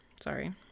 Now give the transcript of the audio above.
Sorry